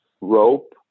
rope